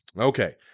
Okay